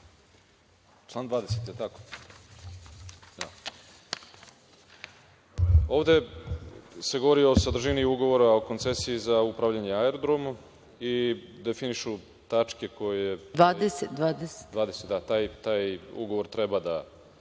Ovde se govori o sadržini Ugovora o koncesiji za upravljanje aerodromom i definišu tačke koji taj ugovor treba da